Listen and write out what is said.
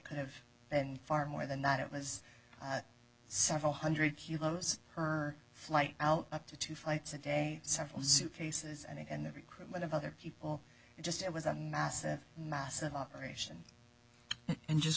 could have been far more than that it was several hundred kilos or flight out up to two flights a day several suitcases and the recruitment of other people it just it was a massive massive operation and just